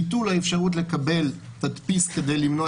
ביטול האפשרות לקבל תדפיס כדי למנוע